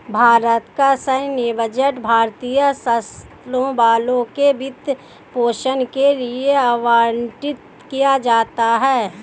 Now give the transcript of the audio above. भारत का सैन्य बजट भारतीय सशस्त्र बलों के वित्त पोषण के लिए आवंटित किया जाता है